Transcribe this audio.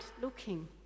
looking